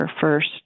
first